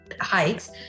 hikes